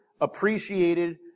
appreciated